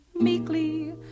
meekly